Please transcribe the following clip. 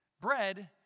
Bread